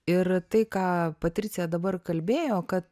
ir tai ką patricija dabar kalbėjo kad